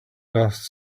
dust